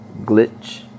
glitch